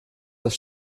das